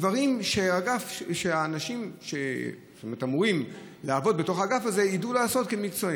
דברים שהאנשים שאמורים לעבוד בתוך האגף הזה ידעו לעשות כי הם מקצועיים.